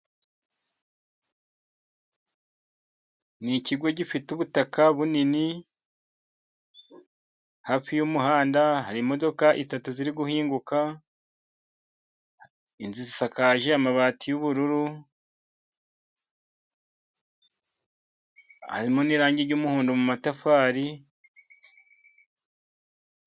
Ni ikigo gifite ubutaka bunini hafi y'umuhanda. Hari imodoka eshatu ziri guhinguka. Isakaje amabati y'ubururu n'irangi ry'umuhondo mu matafari.